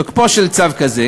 תוקפו של צו כזה,